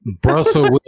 Brussels